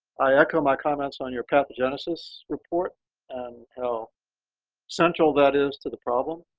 i echo my comments on your pathogenesis report and how central that is to the problem.